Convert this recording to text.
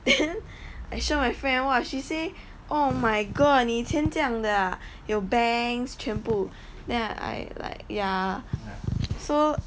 then I show my friend !wah! she say oh my god 你以前这样的 ah 有 bangs 全部 then I like like ya so